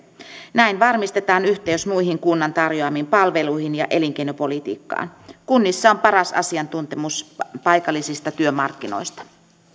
näin varmistetaan yhteys muihin kunnan tarjoamiin palveluihin ja elinkeinopolitiikkaan kunnissa on paras asiantuntemus paikallisista työmarkkinoista